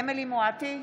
נגד אמילי חיה מואטי,